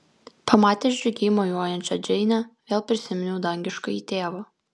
pamatęs džiugiai mojuojančią džeinę vėl prisiminiau dangiškąjį tėvą